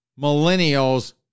millennials